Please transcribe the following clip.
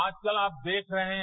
आज कल आप देख रहे हैं